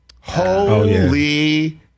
Holy